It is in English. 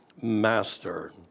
master